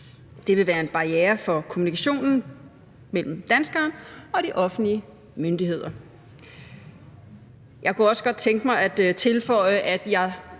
Det vil være en barriere for kommunikationen mellem danskere og de offentlige myndigheder. Jeg kunne også godt tænke mig at tilføje – nu